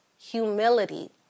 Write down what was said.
humility